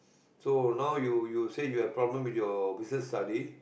so now you you say you have problem with your business study